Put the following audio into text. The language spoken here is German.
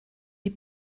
die